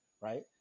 right